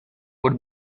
would